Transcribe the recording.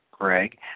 Greg